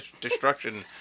Destruction